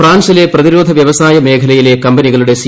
ഫ്രാൻസിലെ പ്രതിരോധ വ്യവസായ മേഖലയിലെ കമ്പനികളുടെ സി